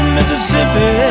Mississippi